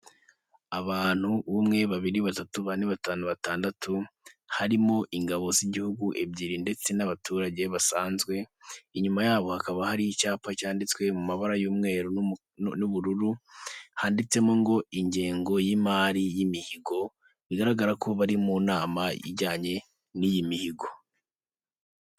Abantu umwe, babiri, batatu, bane, batanu, batandatu harimo ingabo z'igihugu ebyiri, ndetse n'abaturage basanzwe. Inyuma yabo hakaba hari icyapa cyanditswe mu mabara y'umweru n'ubururu handitsemo ngo; ingengo y'imari y'imihigo bigaragara ko bari mu nama ijyanye n'iyi mihigo.